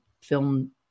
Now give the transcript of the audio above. film